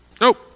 nope